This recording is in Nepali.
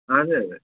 हजुर